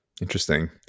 Interesting